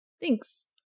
thanks